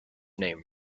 name